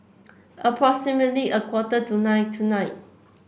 approximately a quarter to nine tonight